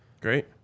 Great